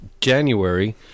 January